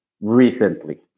recently